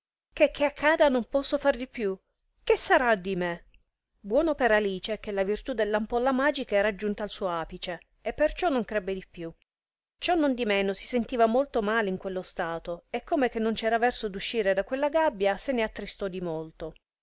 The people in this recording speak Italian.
medesima checchè accada non posso far di più che sarà di me buono per alice che la virtù dell'ampolla magica era giunta al suo apice e perciò non crebbe di più ciò non di meno si sentiva molto male in quello stato e come che non c'era verso d'uscire da quella gabbia se ne attristò di molto